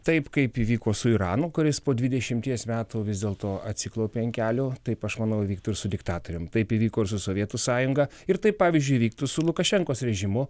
taip kaip įvyko su iranu kuris po dvidešimties metų vis dėlto atsiklaupė ant kelių taip aš manau įvyktų su diktatoriumi taip įvyko ir su sovietų sąjunga ir taip pavyzdžiui įvyktų su lukašenkos režimu